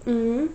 mmhmm